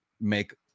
make